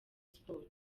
sport